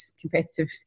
competitive